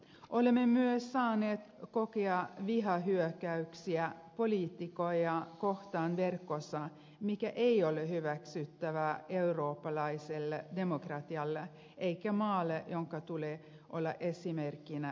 olemme myös saaneet kokea vihahyökkäyksiä poliitikkoja kohtaan verkossa mikä ei ole hyväksyttävää eurooppalaiselle demokratialle eikä maalle jonka tulee olla esimerkkinä muille